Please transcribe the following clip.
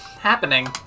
happening